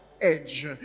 edge